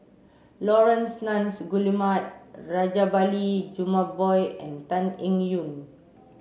Laurence Nunns Guillemard Rajabali Jumabhoy and Tan Eng Yoon